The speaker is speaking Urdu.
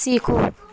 سیکھو